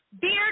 Beard